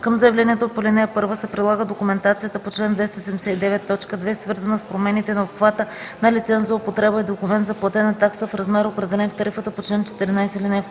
Към заявлението по ал. 1 се прилага документацията по чл. 279, т. 2, свързана с промените на обхвата на лиценз за употреба и документ за платена такса в размер, определен в тарифата по чл. 14, ал. 2.